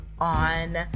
on